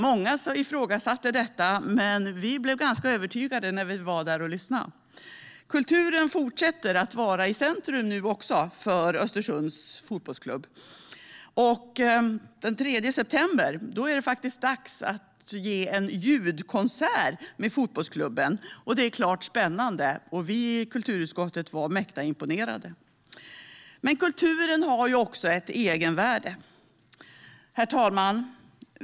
Många ifrågasatte detta, men vi blev ganska övertygade när vi var där och lyssnade. Kulturen fortsätter att vara i centrum nu också för Östersunds fotbollsklubb. Den 3 september är det dags att ge en ljudkonsert med fotbollsklubben. Det är klart spännande, och vi i kulturutskottet var mäkta imponerade. Men kulturen har också ett egenvärde.